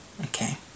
okay